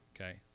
okay